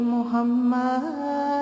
Muhammad